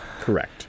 correct